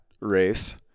race